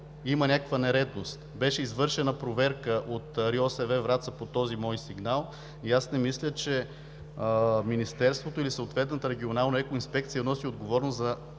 има някаква нередност. Беше извършена проверка от РИОСВ – Враца, по този мой сигнал и аз не мисля, че Министерството или съответната регионална екоинспекция носи отговорност за